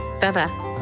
Bye-bye